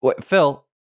Phil